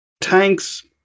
tanks